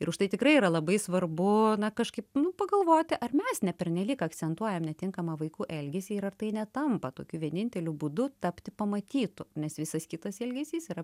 ir už tai tikrai yra labai svarbu na kažkaip nu pagalvoti ar mes nepernelyg akcentuojam netinkamą vaikų elgesį ir ar tai netampa tokiu vieninteliu būdu tapti pamatytu nes visas kitas elgesys yra